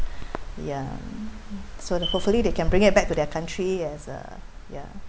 ya sort of hopefully they can bring it back to their country as a